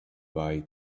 bye